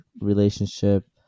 relationship